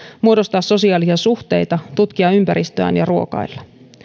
muodostaa sosiaalisia suhteita tutkia ympäristöään ja ruokailla